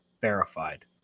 verified